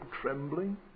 trembling